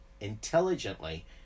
intelligently